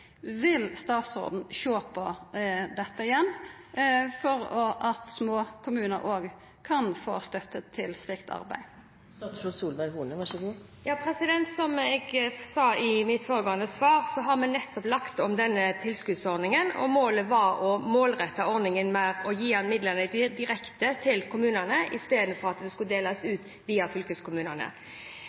Vil statsråden sjå på dette igjen for at òg små kommunar kan få støtte til slikt arbeid? Som jeg sa i mitt foregående svar, har vi nettopp lagt om denne tilskuddsordningen, og målet var å målrette ordningen mer og gi midlene direkte til kommunene, i stedet for at det skulle deles ut via fylkeskommunene.